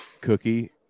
Cookie